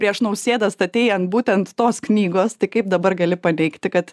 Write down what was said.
prieš nausėdą statei ant būtent tos knygos tai kaip dabar gali paneigti kad